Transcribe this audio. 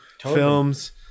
films